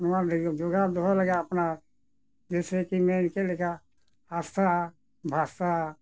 ᱱᱚᱣᱟ ᱡᱳᱜᱟᱣ ᱫᱚᱦᱚ ᱞᱟᱹᱜᱤᱫ ᱟᱯᱱᱟᱨ ᱡᱮᱭᱥᱮ ᱠᱤ ᱢᱮᱱ ᱠᱮᱜ ᱞᱮᱠᱟ ᱦᱟᱥᱟ ᱵᱷᱟᱥᱟ